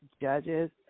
judges